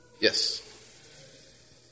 yes